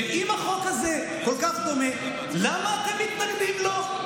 אם החוק הזה כל כך דומה, למה אתם מתנגדים לו?